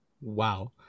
Wow